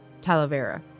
Talavera